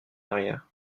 arrière